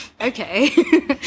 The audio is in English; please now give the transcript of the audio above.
okay